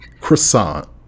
croissant